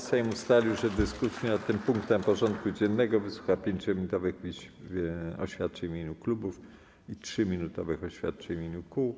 Sejm ustalił, że w dyskusji nad tym punktem porządku dziennego wysłucha 5-minutowych oświadczeń w imieniu klubów i 3-minutowych oświadczeń w imieniu kół.